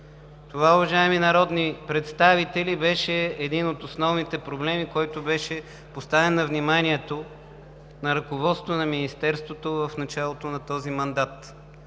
Това, уважаеми народни представители, беше един от основните проблеми, който беше поставен на вниманието на ръководството на Министерството в началото на този мандат.